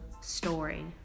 story